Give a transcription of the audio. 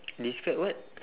describe what